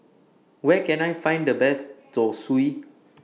Where Can I Find The Best Zosui